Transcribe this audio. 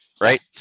Right